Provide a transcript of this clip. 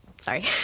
sorry